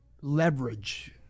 leverage